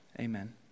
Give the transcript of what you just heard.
Amen